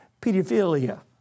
pedophilia